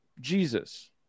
Jesus